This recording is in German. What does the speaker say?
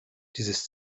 dieses